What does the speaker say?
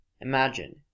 Imagine